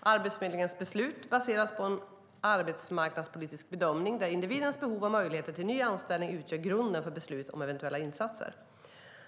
Arbetsförmedlingens beslut baseras på en arbetsmarknadspolitisk bedömning där individens behov och möjligheter till ny anställning utgör grunden för beslut om eventuella insatser.